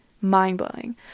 Mind-blowing